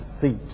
feet